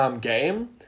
game